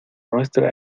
nuestra